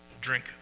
drink